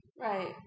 Right